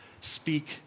speak